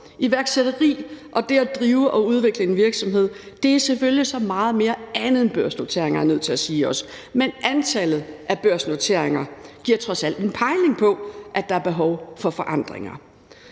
Iværksætteri og det at drive og udvikle en virksomhed er selvfølgelig så meget mere andet end børsnotering, er jeg også nødt til at sige, men antallet af børsnoteringer giver trods alt en pejling på, at der er behov for forandringer.